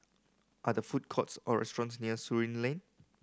are the food courts or restaurants near Surin Lane